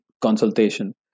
consultation